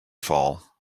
fall